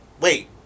Wait